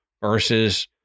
versus